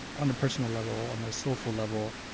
on a personal level, on a soulful level,